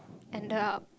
end up